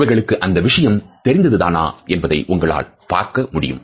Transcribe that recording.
அவர்களுக்கு அந்த விஷயம் தெரிந்தது தானா என்பதை உங்களால் பார்க்க முடியும்